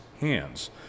hands